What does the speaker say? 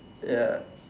ya